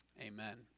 Amen